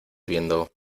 viendo